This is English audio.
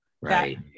right